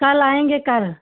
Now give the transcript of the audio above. कल आएँगे कल